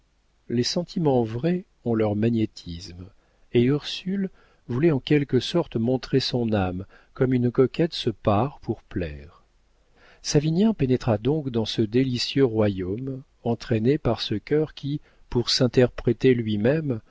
les sentiments vrais ont leur magnétisme et ursule voulait en quelque sorte montrer son âme comme une coquette se pare pour plaire savinien pénétra donc dans ce délicieux royaume entraîné par ce cœur qui pour s'interpréter lui-même